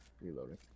Reloading